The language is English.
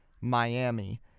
Miami